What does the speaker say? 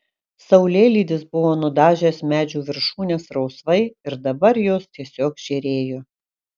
saulėlydis buvo nudažęs medžių viršūnes rausvai ir dabar jos tiesiog žėrėjo